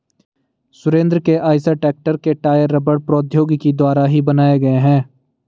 सुरेंद्र के आईसर ट्रेक्टर के टायर रबड़ प्रौद्योगिकी द्वारा ही बनाए गए हैं